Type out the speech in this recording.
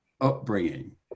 upbringing